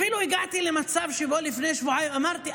אפילו הגעתי למצב שבו לפני שבועיים אמרתי: